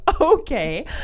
okay